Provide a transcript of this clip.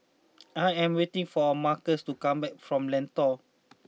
I am waiting for Marcus to come back from Lentor